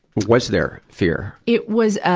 was there fear? it was, ah,